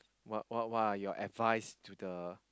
what what what are your advice to the